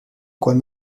cual